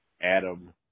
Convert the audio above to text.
Adam